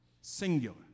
singular